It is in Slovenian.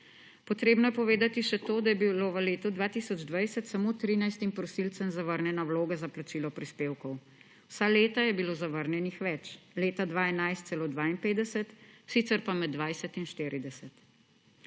Potrebno je povedati še to, da je bilo v letu 2020 samo trinajstim prosilcem zavrnjena vloga za plačilo prispevkov, vsa leta je bilo zavrnjenih več; leta 2011 celo 52, sicer pa med 20 in 40.